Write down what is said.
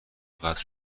قطع